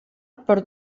per